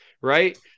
right